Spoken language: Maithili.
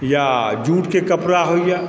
या जूटके कपड़ा होइए